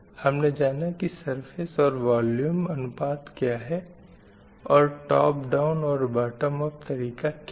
हमने जाना की सरफ़ेस और वॉल्यूम अनुपात क्या है और टोप डाउन और बॉटम अप तरीक़ा क्या है